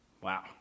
Wow